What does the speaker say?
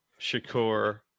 Shakur